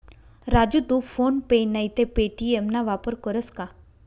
राजू तू PhonePe नैते Paytm ना वापर करस का?